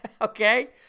Okay